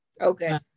Okay